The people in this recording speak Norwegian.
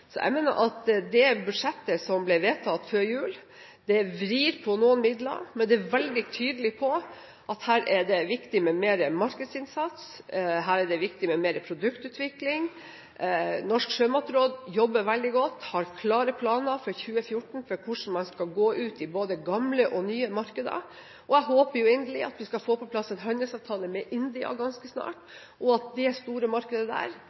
Jeg mener at det budsjettet som ble vedtatt før jul, vrir på noen midler, men er veldig tydelig på at her er det viktig med mer markedsinnsats, og det er viktig med mer produktutvikling. Norges sjømatråd jobber veldig godt og har klare planer for 2014 om hvordan man skal gå ut i både gamle og nye markeder, og jeg håper inderlig at vi skal få på plass en handelsavtale med India ganske snart, og at det store markedet der